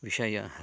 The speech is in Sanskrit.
विषयाः